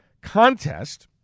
contest